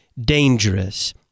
dangerous